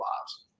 lives